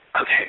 Okay